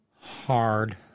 hard